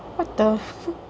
what the